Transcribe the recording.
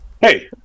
Hey